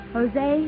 Jose